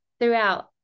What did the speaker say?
throughout